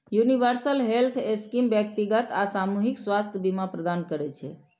universal health scheme व्यक्तिगत आ सामूहिक स्वास्थ्य बीमा प्रदान करै छै